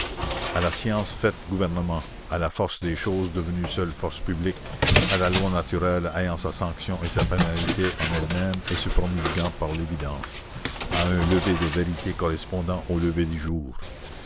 à la science faite gouvernement à la force des choses devenue seule force publique à la loi naturelle ayant sa sanction et sa pénalité en elle-même et se promulguant par l'évidence à un lever de vérité correspondant au lever du jour